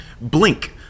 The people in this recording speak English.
blink